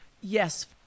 Yes